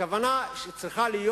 הכוונה שצריכה להיות